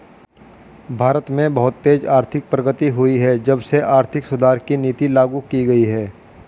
भारत में बहुत तेज आर्थिक प्रगति हुई है जब से आर्थिक सुधार की नीति लागू की गयी है